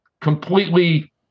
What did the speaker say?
completely